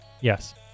Yes